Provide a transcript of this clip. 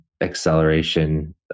acceleration